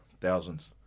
thousands